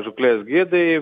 žūklės gidai